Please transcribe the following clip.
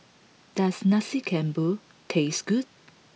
does Nasi Campur taste good